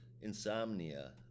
insomnia